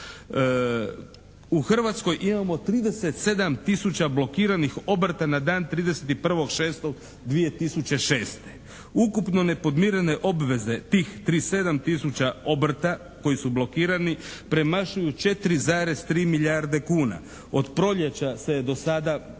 U Hrvatskoj imamo 37 tisuća blokiranih obrta na dan 31.6.2006. Ukupno nepodmirene obveze tih 37 tisuća obrta koji su blokirani premašuju 4,3 milijarde kuna. Od proljeća se je do sada,